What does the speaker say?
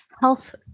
health